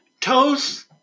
Toes